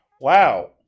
Wow